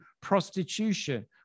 prostitution